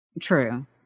True